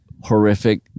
horrific